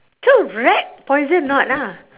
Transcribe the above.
so rat poison not ah